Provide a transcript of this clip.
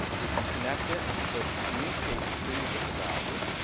we can connect it so it can communicate freely with the browser.